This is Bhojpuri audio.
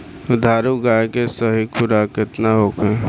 दुधारू गाय के सही खुराक केतना होखे?